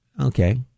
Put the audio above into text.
Okay